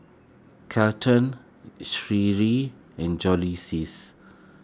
Kelton Sheree and